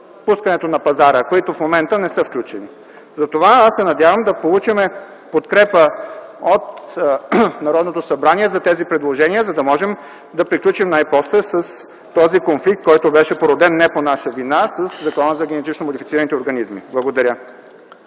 пускането на пазара, които в момента не са включени. Затова се надявам да получим подкрепа от Народното събрание за тези предложения, за да можем най-после да приключим с този конфликт, който беше породен не по наша вина със Закона за генетично модифицираните организми. Благодаря.